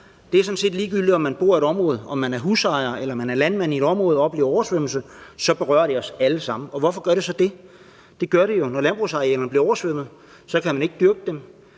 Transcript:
set ligegyldigt, om man er husejer eller man er landmand i et område og oplever oversvømmelse. Så berører det os alle sammen. Og hvorfor gør det så det? Det gør det jo, når landbrugsarealerne bliver oversvømmet. Så kan man ikke dyrke dem.